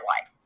life